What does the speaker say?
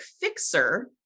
fixer